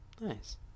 Nice